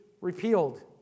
repealed